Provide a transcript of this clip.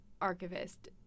archivist